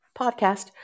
podcast